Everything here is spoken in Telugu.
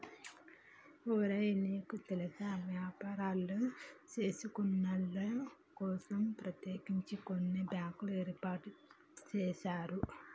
ఒరే నీకు తెల్సా వ్యాపారులు సేసుకొనేటోళ్ల కోసం ప్రత్యేకించి కొన్ని బ్యాంకులు ఏర్పాటు సేసారు